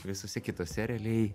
visose kitose realiai